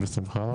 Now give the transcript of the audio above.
בשמחה.